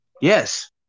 Yes